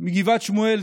מגבעת שמואל,